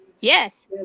yes